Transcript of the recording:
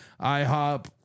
IHOP